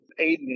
Aiden